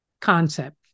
concept